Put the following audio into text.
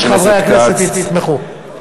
אני מבקש מחברי הכנסת: תתמכו.